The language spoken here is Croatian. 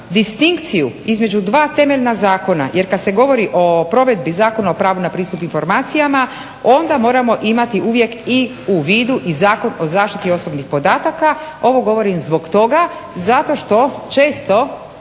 distinkciju između dva temeljna zakona jer kad se govori o provedbi Zakona o pravu na pristup informacijama onda moramo imati uvijek i u vidu i Zakon o zaštiti osobnih podataka. Ovo govorim zbog toga zato što često